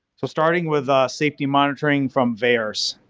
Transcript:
so starting with safety monitoring from vaers.